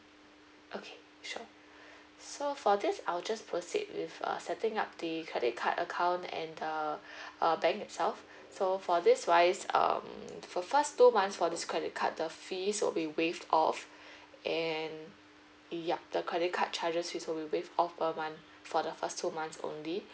okay sure so for this I will just proceed with a setting up the credit card account and the err bank itself so for this wise um for first two months for this credit card the fees will be waived off and yup the credit card charges is will waive off per month for the first two months only